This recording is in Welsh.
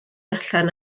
allan